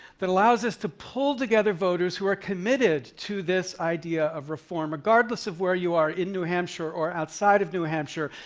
that allows us to pull together voters who are committed to this idea of reform. regardless of where you are, in new hampshire or outside of new hampshire,